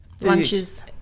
Lunches